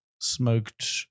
smoked